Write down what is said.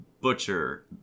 butcher